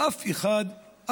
אף אחד,